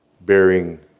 bearing